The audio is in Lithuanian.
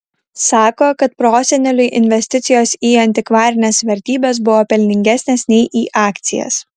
sako kad proseneliui investicijos į antikvarines vertybes buvo pelningesnės nei į akcijas